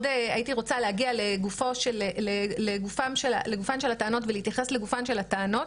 הייתי רוצה להגיע לגופן של הטענות ולהתייחס לגופן של הטענות.